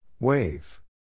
Wave